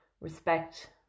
respect